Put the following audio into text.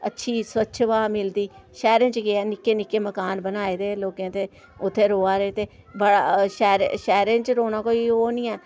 अच्छी स्वच्छ ब्हा मिलदी शैह्रें च केह् ऐ निक्के निक्के मकान बनाए दे लोकें ते उत्थै र'वा दे ते बड़ा शैह्र शैह्रें च रौह्ना कोई ओह् निं ऐ